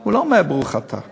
הוא לא אומר "ברוך אתה".